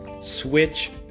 switch